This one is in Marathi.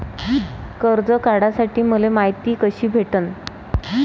कर्ज काढासाठी मले मायती कशी भेटन?